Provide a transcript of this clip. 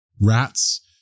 rats